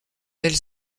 elle